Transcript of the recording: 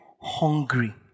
hungry